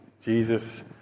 Jesus